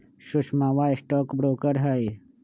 सुषमवा stock broker हई